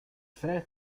fair